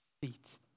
feet